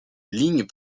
ligne